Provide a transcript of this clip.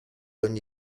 ogni